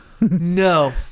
No